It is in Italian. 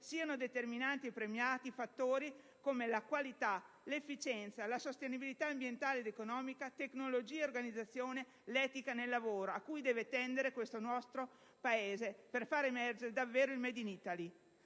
siano determinanti e premiati fattori come la qualità, l'efficienza, la sostenibilità ambientale ed economica, la tecnologia e l'organizzazione, l'etica nel lavoro, a cui deve tendere questo nostro Paese per far emergere davvero il *made in Italy*.